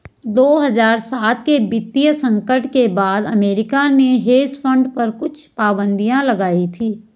दो हज़ार सात के वित्तीय संकट के बाद अमेरिका ने हेज फंड पर कुछ पाबन्दी लगाई थी